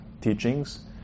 teachings